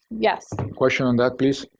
yes? question on that, please.